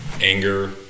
anger